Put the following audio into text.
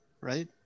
right